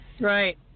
Right